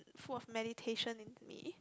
full of meditation in me